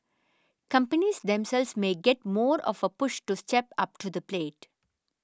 companies themselves may get more of a push to step up to the plate